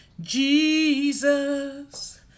jesus